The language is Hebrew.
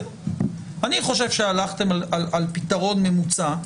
אני חושב שהלכתם על פתרון ממוצע,